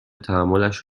تحملش